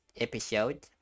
episode